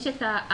יש את ההכרזה.